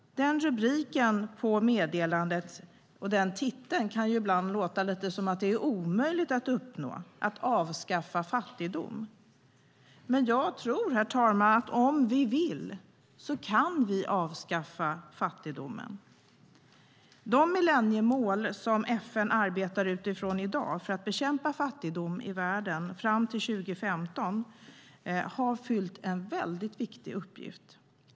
Den titeln på meddelandet kan ibland låta lite som något som det är omöjligt att uppnå, att avskaffa fattigdom. Men jag tror, herr talman, att om vi vill kan vi avskaffa fattigdomen. De millenniemål som FN arbetar utifrån i dag för att bekämpa fattigdom i världen fram till 2015 har fyllt en väldigt viktig funktion.